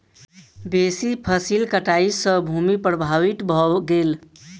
बेसी फसील कटाई सॅ भूमि प्रभावित भ गेल